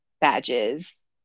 badges